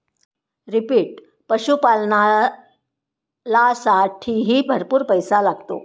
पशुपालनालासाठीही भरपूर पैसा लागतो